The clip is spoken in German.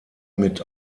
mit